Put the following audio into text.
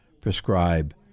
prescribe